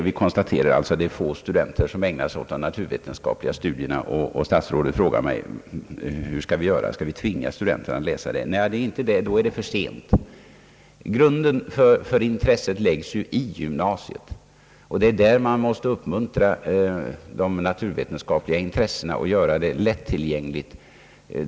Vi konstaterar att det är få studenter som ägnar sig åt de naturvetenskapliga studierna, och statsrådet frågar mig hur vi skall göra. Skall vi tvinga studenterna att läsa dessa ämnen? Nej, då är det för sent. Grunden för intresset läggs ju i gymnasiet, och det är där man måste uppmuntra de naturvetenskapliga intressena och göra stoffet lättillgängligt.